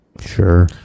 Sure